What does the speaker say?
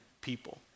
people